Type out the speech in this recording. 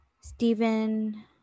Stephen